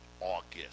August